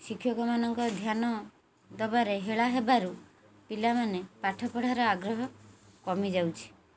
ଶିକ୍ଷକମାନଙ୍କ ଧ୍ୟାନ ଦେବାରେ ହେଳା ହେବାରୁ ପିଲାମାନେ ପାଠ ପଢ଼ାର ଆଗ୍ରହ କମିଯାଉଛି